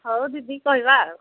ହଉ ଦିଦି କହିବା ଆଉ